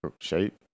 shape